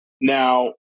Now